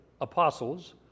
apostles